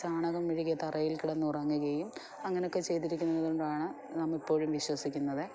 ചാണകം മെഴുകിയ തറയിൽ കിടന്നുറങ്ങുകയും അങ്ങനെയൊക്കെ ചെയ്തിരിക്കുന്നത് കൊണ്ടാണ് നാം ഇപ്പോഴും വിശ്വസിക്കുന്നത്